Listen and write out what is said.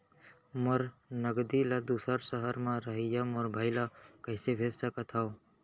मोर नगदी ला दूसर सहर म रहइया मोर भाई ला कइसे भेज सकत हव?